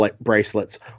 bracelets